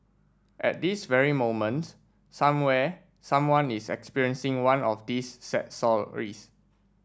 at this very moment somewhere someone is experiencing one of these sad stories